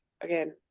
Again